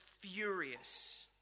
furious